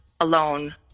alone